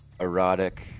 erotic